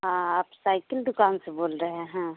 हाँ आप साइकिल दुकान से बोल रहे हैं